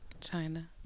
China